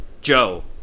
Joe